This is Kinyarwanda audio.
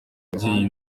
ababyeyi